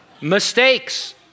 Mistakes